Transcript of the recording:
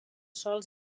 sòls